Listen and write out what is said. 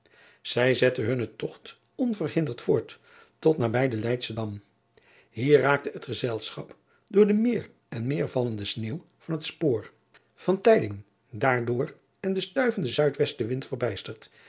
ij zetten hunnen togt on verhinderd voort tot nabij den eydschen am hier raakte het gezelschap door de meer en meer vallende sneeuw van het spoor daardoor en den snuivenden zuidwesten wind verbijsterd